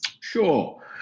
sure